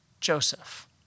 Joseph